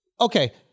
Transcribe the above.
okay